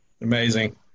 Amazing